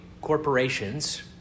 corporations